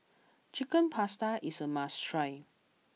Chicken Pasta is a must try